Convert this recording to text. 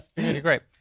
Great